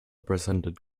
presented